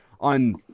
on